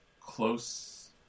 close